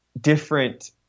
different